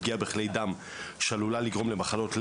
פגיעה בכלי דם שעלולה לגרום למחלות לב,